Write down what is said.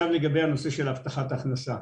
לגבי נושא הבטחת ההכנסה,